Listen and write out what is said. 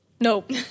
Nope